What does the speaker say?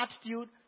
attitude